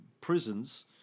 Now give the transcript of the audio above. prisons